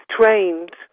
trained